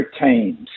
teams